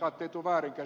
arvoisa puhemies